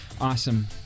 Awesome